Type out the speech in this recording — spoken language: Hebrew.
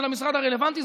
של המשרד הרלוונטי.